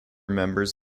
members